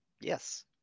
yes